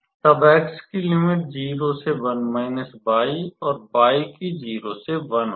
तब x की limit 0 से 1 y और y की 0 से 1 होगी